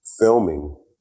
filming